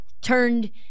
turned